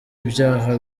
ibyaha